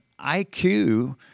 IQ